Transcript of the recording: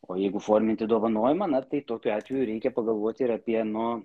o jeigu forminti dovanojimą na tai tokiu atveju reikia pagalvoti ir apie nuo